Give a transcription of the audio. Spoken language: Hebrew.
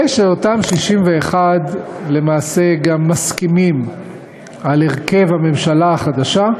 ושאותם 61 למעשה גם מסכימים על הרכב הממשלה החדשה,